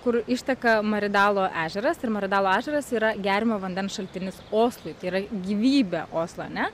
kur išteka maridalo ežeras ir maridalo ežeras yra geriamo vandens šaltinis oslui tai yra gyvybė oslo ne